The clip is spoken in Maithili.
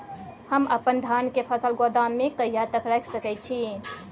हम अपन धान के फसल गोदाम में कहिया तक रख सकैय छी?